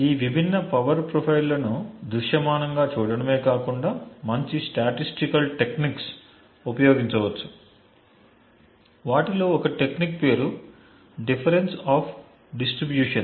ఈ విభిన్న పవర్ ప్రొఫైల్లను దృశ్యమానంగా చూడటమే కాకుండా మంచి స్టాటిస్టికల్ టెక్నిక్స్ ఉపయోగించ వచ్చు వాటిలో ఒక టెక్నిక్స్ పేరు డిఫెరెన్స్ ఆఫ్ డిస్ట్రిబ్యూషన్స్